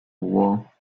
war